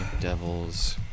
Devil's